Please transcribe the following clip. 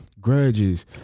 grudges